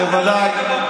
השר אמסלם,